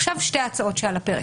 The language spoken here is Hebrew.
עכשיו לגבי שתי ההצעות שעל הפרק.